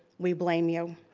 we blame you.